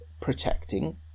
protecting